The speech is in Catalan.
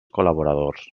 col·laboradors